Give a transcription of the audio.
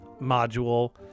module